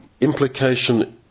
implication